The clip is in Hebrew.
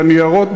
בניירות,